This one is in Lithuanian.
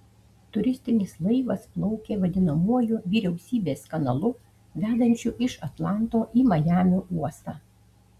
turistinis laivas plaukė vadinamuoju vyriausybės kanalu vedančiu iš atlanto į majamio uostą